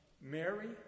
Mary